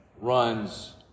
runs